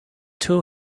two